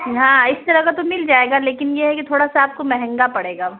ہاں اس طرح کا تو مل جائے گا لیکن یہ ہے کہ تھوڑا سا آپ کو مہنگا پڑے گا